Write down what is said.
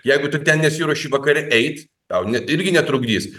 jeigu tu ten nesiruoši vakare eit tau net irgi netrukdys